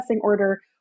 order